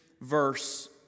verse